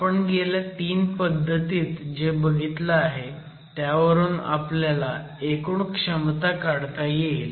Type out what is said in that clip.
आपण गेल्या 3 पद्धतीत जे बघितलं आहे त्यावरून आपल्याला एकूण क्षमता काढता येईल